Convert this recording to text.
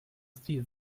stil